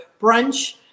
brunch